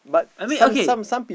but I mean okay